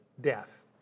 death